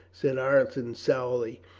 said ireton sourly.